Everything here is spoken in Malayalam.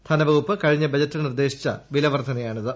ധനവകുപ്പ് കഴിഞ്ഞ ബജറ്റിൽ നിർദ്ദേശിച്ച വിലവർധനയാണിത്